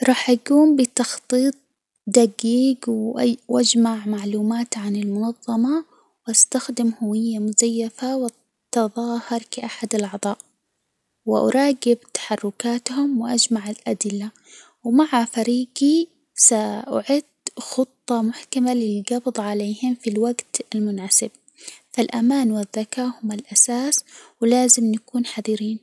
راح أجوم بتخطيط دجيج واج و أجمع معلومات عن المنظمة، وأستخدم هوية مزيفة و التظاهر كأحد الأعضاء، وأراجب تحركاتهم وأجمع الأدلة، ومع فريجي سأعد خطة محكمة للجبض عليهم في الوجت المناسب، فالآمان والذكاء هما الأساس، ولازم نكون حذرين.